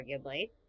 arguably